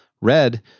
Red